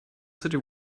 city